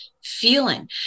Feeling